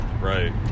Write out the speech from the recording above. Right